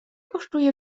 kosztuje